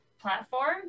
platform